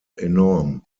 enorm